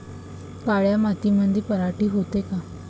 काळ्या मातीमंदी पराटी होते का?